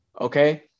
Okay